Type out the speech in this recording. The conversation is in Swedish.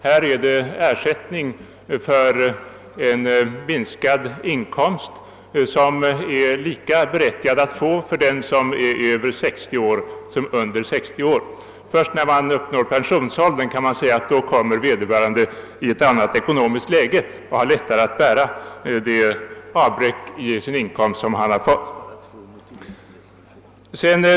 Här är det fråga om en ersättning för en minskad inkomst, och det är lika berättigat att ge denna ersättning till dem som är över 60 år som till dem som är under 60 år. Först när vederbörande uppnår pensionsåldern kommer han i ett annat ekonomiskt läge och får lättare att bära det avbräck i sin inkomst som han fått vidkännas.